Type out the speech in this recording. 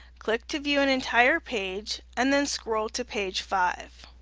click to view an entire page and then scroll to page five.